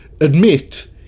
admit